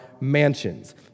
mansions